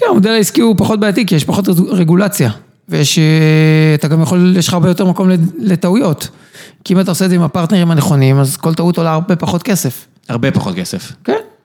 כן, המודל העסקי הוא פחות בעיתי, יש פחות רגולציה. ואתה גם יכול לשחרר הרבה יותר מקום לטעויות. כי אם אתה עושה את זה עם הפרטנרים הנכונים, אז כל טעות עולה הרבה פחות כסף. הרבה פחות כסף. כן.